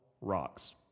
rocks